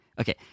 Okay